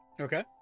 Okay